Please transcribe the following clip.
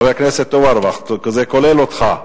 חבר הכנסת אורבך, זה כולל אותך.